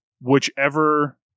whichever